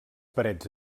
parets